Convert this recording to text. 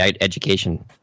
education